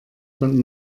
von